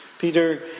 Peter